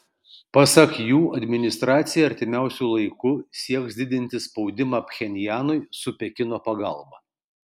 pasak jų administracija artimiausiu laiku sieks didinti spaudimą pchenjanui su pekino pagalba